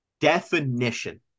Definition